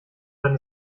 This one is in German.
wenn